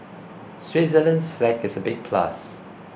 Switzerland's flag is a big plus